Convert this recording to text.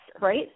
right